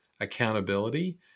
accountability